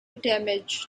damage